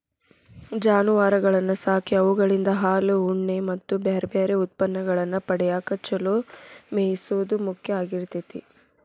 ಜಾನುವಾರಗಳನ್ನ ಸಾಕಿ ಅವುಗಳಿಂದ ಹಾಲು, ಉಣ್ಣೆ ಮತ್ತ್ ಬ್ಯಾರ್ಬ್ಯಾರೇ ಉತ್ಪನ್ನಗಳನ್ನ ಪಡ್ಯಾಕ ಚೊಲೋ ಮೇಯಿಸೋದು ಮುಖ್ಯ ಆಗಿರ್ತೇತಿ